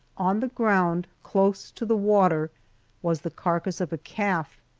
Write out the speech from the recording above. on the ground close to the water was the carcass of a calf,